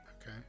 Okay